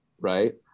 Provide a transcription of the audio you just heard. right